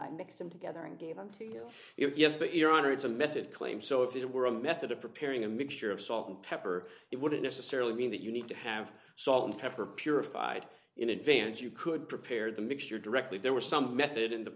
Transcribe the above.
i mix them together and gave them to you if yes but your honor it's a method claim so if it were a method of preparing a mixture of salt and pepper it wouldn't necessarily mean that you need to have salt and pepper purified in advance you could prepare the mixture directly there were some method in the